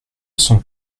son